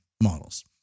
models